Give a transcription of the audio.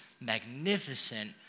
magnificent